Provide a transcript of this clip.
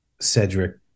cedric